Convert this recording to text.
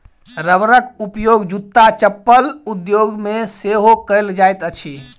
रबरक उपयोग जूत्ता चप्पल उद्योग मे सेहो कएल जाइत अछि